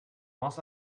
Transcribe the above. must